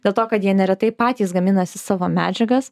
dėl to kad jie neretai patys gaminasi savo medžiagas